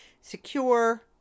Secure